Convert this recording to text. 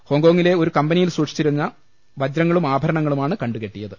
ഹോങ്കോങ്ങിലെ ഒരു കമ്പനിയിൽ സൂക്ഷിച്ചിരുന്ന വജ്ങളും ആഭരണങ്ങളുമാണ് കണ്ടുകെട്ടിയത്